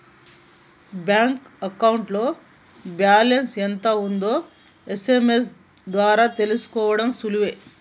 bank అకౌంట్లో balance ఎంత ఉందో ఎస్.ఎం.ఎస్ ద్వారా తెలుసుకోడం సులువే